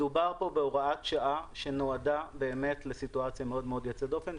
מדובר בהוראת שעה שנועדה למצב מאוד יוצא דופן,